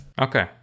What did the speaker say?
okay